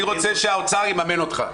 אני רוצה שהאוצר יממן אותך.